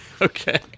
Okay